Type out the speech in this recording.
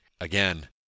again